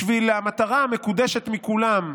בשביל המטרה המוקדשת מכולן,